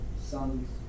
son's